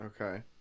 Okay